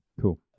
Cool